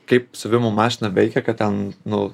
kaip siuvimo mašina veikia kad ten nu